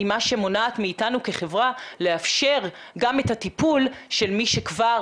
היא מה שמונעת מאיתנו כחברה לאפשר גם את הטיפול של מי שכבר